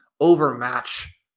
overmatch